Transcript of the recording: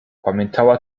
pamiętała